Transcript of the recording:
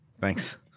Thanks